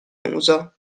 uso